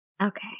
Okay